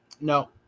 No